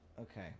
Okay